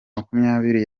makumyabiri